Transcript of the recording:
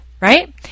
right